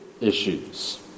issues